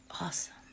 Awesome